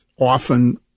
often